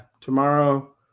tomorrow